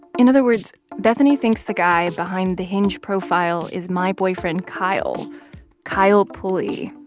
in other words, bethany thinks the guy behind the hinge profile is my boyfriend kyle kyle pulley,